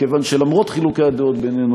מכיוון שלמרות חילוקי הדעות בינינו,